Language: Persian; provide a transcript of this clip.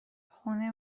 خونه